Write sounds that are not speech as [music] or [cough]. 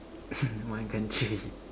[noise] one country [laughs]